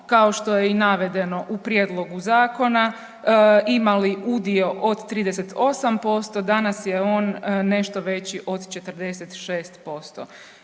kao što je i navedeno u prijedlogu zakona imali udio od 38%, danas je on nešto veći od 46%.